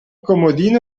comodino